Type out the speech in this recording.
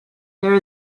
there